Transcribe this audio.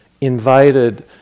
invited